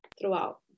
throughout